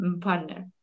partner